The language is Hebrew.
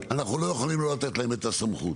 אנחנו לא יכולים לא לתת להם את הסמכות.